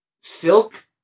Silk